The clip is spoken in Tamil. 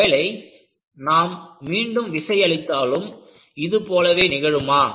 ஒருவேளை நான் மீண்டும் விசை அளித்தாலும் இது போலவே நிகழுமா